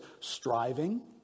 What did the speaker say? Striving